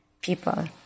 people